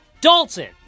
Dalton